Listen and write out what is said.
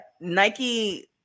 Nike